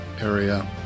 area